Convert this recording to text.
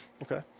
Okay